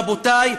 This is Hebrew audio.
רבותי,